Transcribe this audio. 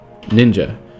Ninja